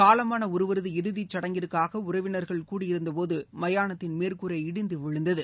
காலமான ஒருவரது இறதி சடங்கிற்காக உறவினர்கள் கூடியிருந்தபோது மயானத்தின் மேற்கூரை இடிந்து விழுந்தது